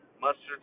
mustard